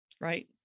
right